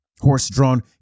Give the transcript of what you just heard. horse-drawn